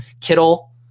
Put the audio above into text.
Kittle